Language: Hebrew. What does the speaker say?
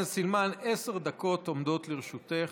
טוב,